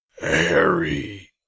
Harry